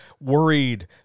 worried